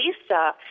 Lisa